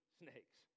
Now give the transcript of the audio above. snakes